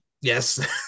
Yes